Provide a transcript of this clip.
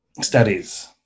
Studies